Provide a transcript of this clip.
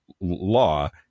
law